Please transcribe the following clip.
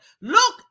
look